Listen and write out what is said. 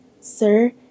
Sir